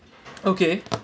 okay